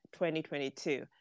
2022